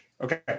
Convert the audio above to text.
Okay